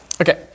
Okay